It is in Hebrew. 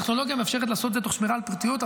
הטכנולוגיה מאפשרת לעשות את זה תוך שמירה על פרטיות.